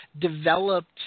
developed